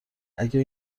اگه